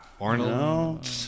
Arnold